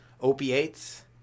opiates